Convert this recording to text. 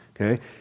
Okay